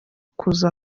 kuza